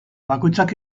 bakoitzak